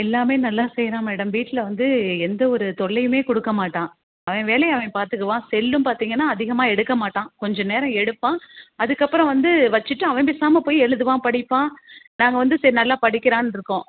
எல்லாம் நல்லா செய்கிறான் மேடம் வீட்டில் வந்து எந்த ஒரு தொல்லையும் கொடுக்க மாட்டான் அவன் வேலையை அவன் பார்த்துக்குவான் செல்லும் பார்த்திங்கன்னா அதிகமாக எடுக்கமாட்டான் கொஞ்சம் நேரம் எடுப்பான் அதுக்கப்புறம் வந்து வச்சுட்டு அவன் பேசாமல் போய் எழுதுவான் படிப்பான் நாங்கள் வந்து சரி நல்லா படிக்கிறான்னு இருக்கோம்